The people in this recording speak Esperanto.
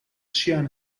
ŝian